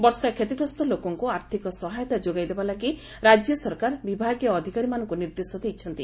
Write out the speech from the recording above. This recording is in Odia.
ବର୍ଷା କ୍ଷତିଗ୍ରସ୍ତ ଲୋକଙ୍କୁ ଆର୍ଥିକ ସହାୟତା ଯୋଗାଇ ଦେବା ଲାଗି ରାଜ୍ୟ ସରକାର ବିଭାଗୀୟ ଅଧିକାରୀମାନଙ୍କୁ ନିର୍ଦ୍ଦେଶ ଦେଇଛନ୍ତି